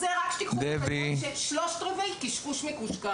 רק תקחו בחשבון ששלושה רבעים קשקוש מקושקש.